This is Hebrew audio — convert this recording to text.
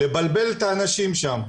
לבלבל את האנשים שם,